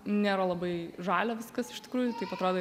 nėra labai žalia viskas iš tikrųjų taip atrodo